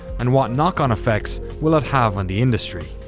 and what knock-on effects will it have on the industry?